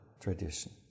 tradition